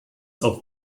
auf